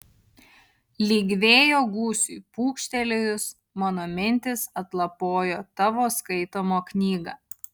lyg vėjo gūsiui pūkštelėjus mano mintys atlapojo tavo skaitomą knygą